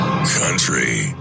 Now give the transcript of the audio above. country